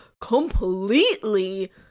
completely